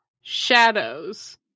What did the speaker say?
shadows